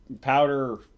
powder